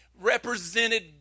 represented